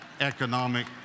economic